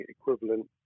equivalent